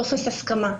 טופס הסכמה,